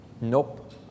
Nope